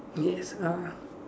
yes uh